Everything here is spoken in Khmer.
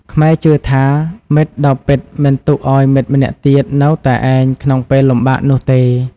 ខ្មែរជឿថា មិត្តដ៏ពិតមិនទុកឲ្យមិត្តម្នាក់ទៀតនៅតែឯងក្នុងពេលលំបាកនោះទេ។